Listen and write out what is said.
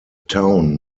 town